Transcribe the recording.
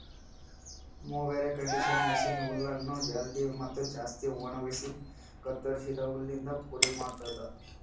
mower conditioner machine ಹುಲ್ಲನ್ನು ಜಲ್ದಿ ಮತ್ತ ಜಾಸ್ತಿ ಒಣಗುಸಿ ಕತ್ತುರಸಿದ ಹುಲ್ಲಿಂದ ಪುಡಿ ಮಾಡ್ತುದ